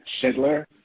Schindler